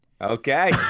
Okay